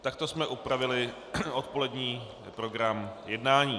Takto jsme upravili odpolední program jednání.